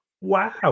wow